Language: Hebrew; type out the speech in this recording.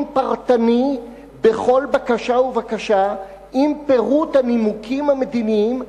פרטני בכל בקשה ובקשה עם פירוט הנימוקים המדיניים.